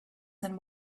than